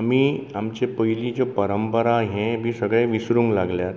आमी आमचे पयलीच्यो परंपरा हे बीं सगळें विसरूंक लागल्यांत